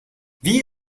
wie